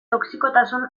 toxikotasun